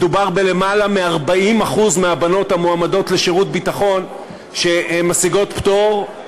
מדובר בלמעלה מ-40% מהבנות המועמדות לשירות ביטחון שמשיגות פטור,